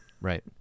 right